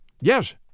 Yes